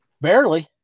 barely